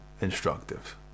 instructive